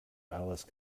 alice